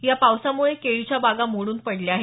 या पावसामुळे केळीच्या बागा मोडून पडल्या आहेत